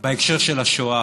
בהקשר של השואה.